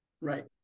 Right